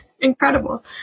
incredible